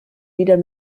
wieder